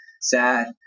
sad